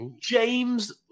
James